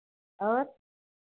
और